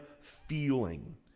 feeling